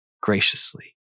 graciously